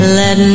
let